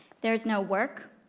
there is no work.